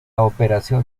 operación